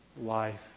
life